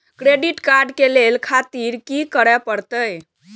Credit card ले खातिर की करें परतें?